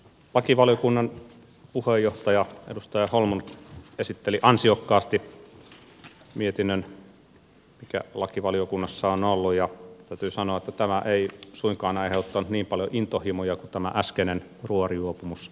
lakivaliokunnan puheenjohtaja edustaja holmlund esitteli ansiokkaasti mietinnön joka lakivaliokunnassa on ollut ja täytyy sanoa että tämä ei suinkaan aiheuttanut niin paljon intohimoja kuin äskeinen ruorijuopumuskeskustelu